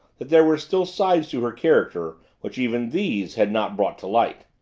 that there were still sides to her character which even these had not brought to light.